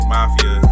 Mafia